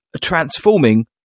transforming